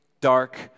dark